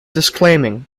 disclaiming